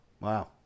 Wow